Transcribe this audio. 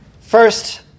First